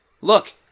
Look